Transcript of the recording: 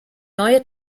neue